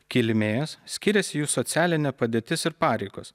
kilmės skiriasi jų socialinė padėtis ir pareigos